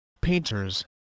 painters